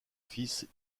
fils